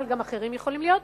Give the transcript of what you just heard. אבל גם אחרים יכולים להיות,